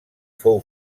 fou